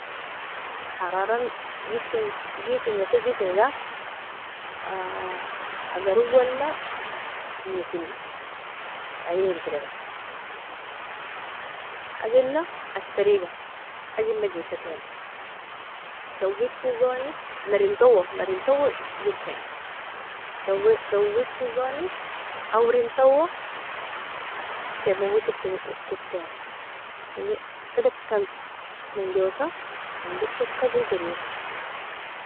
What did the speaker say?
Hararan gisinga firgikiga, agar owola gisina ein irbirai, agila asariga agila gisatena, dawikogoni narintawa narintawa idirten dawikogoni awrintawa sermometerka, skirten kedika menjosa inger soka jo garir.